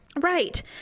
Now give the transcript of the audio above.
Right